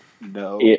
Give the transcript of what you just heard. no